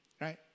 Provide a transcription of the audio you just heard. Right